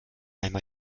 einmal